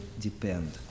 depend